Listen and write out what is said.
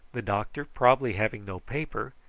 the doctor, probably having no paper,